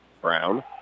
Brown